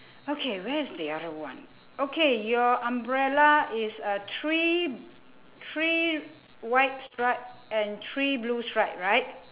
okay where's the other one okay your umbrella is uh three three white stripe and three blue stripe right